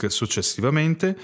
successivamente